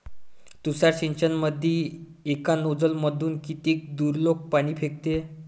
तुषार सिंचनमंदी एका नोजल मधून किती दुरलोक पाणी फेकते?